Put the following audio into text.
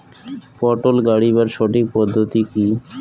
পটল গারিবার সঠিক পদ্ধতি কি?